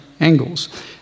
angles